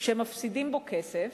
שהם מפסידים בו כסף,